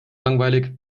langweilig